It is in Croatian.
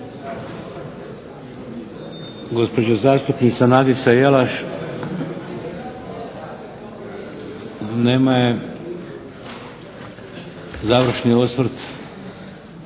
Gospođa zastupnica Nadica Jelaš. Nema je. Završni osvrt.